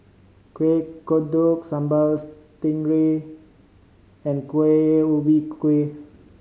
Kueh Kodok Sambal Stingray and Kueh Ubi Kayu